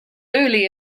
early